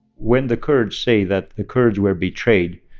when the kurds say that the kurds were betrayed,